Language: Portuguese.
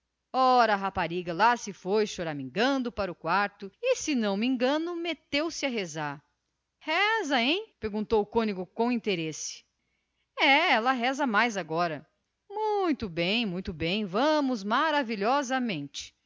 ora a rapariga lá se foi choramingando para o quarto e se me não engano meteu-se a rezar reza hein perguntou o cônego com interesse é ela reza mais agora muito bem muito bem vamos maravilhosamente